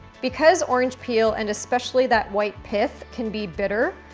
because orange peel and especially that white pith can be bitter,